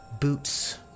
boots